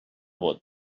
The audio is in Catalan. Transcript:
vot